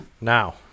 Now